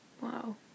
wow